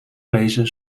lezen